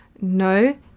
No